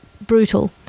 brutal